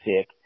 sick